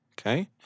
Okay